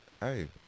Hey